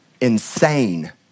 insane